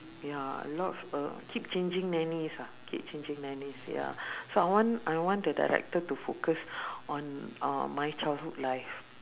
ya a lot of uh keep changing nannies ah keep changing nannies ya so I want I want the director to focus on uh my childhood life